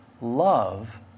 love